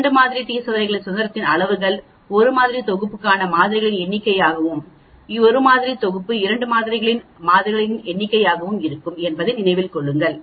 இரண்டு மாதிரி டி சோதனையில் சுதந்திரத்தின் அளவுகள் ஒரு மாதிரி தொகுப்பு 1 க்கான மாதிரிகளின் எண்ணிக்கையாகவும் ஒரு மாதிரி தொகுப்பு 2 மாதிரிகளின் மாதிரிகளின் எண்ணிக்கையாகவும் இருக்கும் என்பதை நினைவில் கொள்க